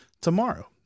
tomorrow